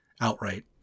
Outright